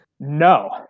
No